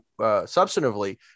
substantively